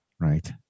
Right